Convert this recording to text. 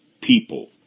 people